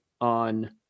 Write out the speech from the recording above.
on